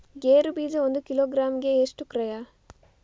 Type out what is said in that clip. ಗೇರು ಬೀಜ ಒಂದು ಕಿಲೋಗ್ರಾಂ ಗೆ ಎಷ್ಟು ಕ್ರಯ?